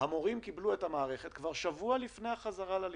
המורים קיבלו את המערכת שבוע לפני החזרה ללימודים,